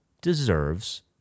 deserves